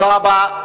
תודה רבה.